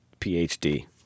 phd